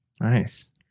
Nice